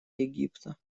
египта